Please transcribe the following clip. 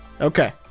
Okay